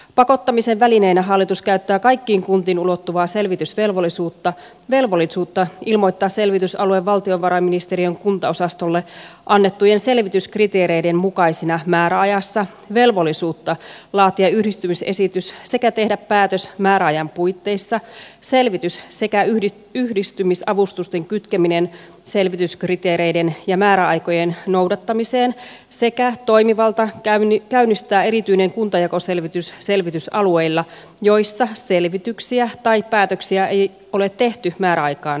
pakottamisen välineinä hallitus käyttää kaikkiin kuntiin ulottuvaa selvitysvelvollisuutta velvollisuutta ilmoittaa selvitysalue valtiovarainministeriön kuntaosastolle annettujen selvityskriteereiden mukaisina määräajassa velvollisuutta laatia yhdistymisesitys sekä tehdä päätös määräajan puitteissa selvitys sekä yhdistymisavustusten kytkeminen selvityskriteereiden ja määräaikojen noudattamiseen sekä toimivalta käynnistää erityinen kuntajakoselvitys selvitysalueilla joissa selvityksiä tai päätöksiä ei ole tehty määräaikaan mennessä